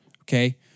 okay